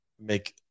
make